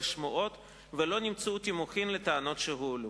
שמועות ולא נמצאו תימוכין לטענות שהועלו.